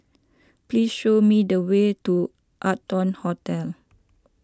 please show me the way to Arton Hotel